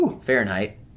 Fahrenheit